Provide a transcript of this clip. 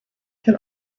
can